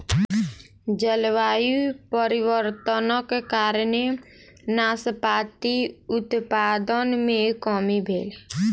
जलवायु परिवर्तनक कारणेँ नाशपाती उत्पादन मे कमी भेल